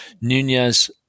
Nunez